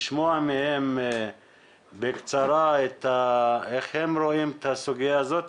לשמוע מהם בקצרה איך הם רואים את הסוגיה הזאת